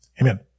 Amen